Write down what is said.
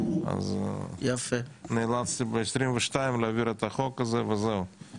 אז נאלצתי ב-2022 להעביר את החוק הזה וזהו,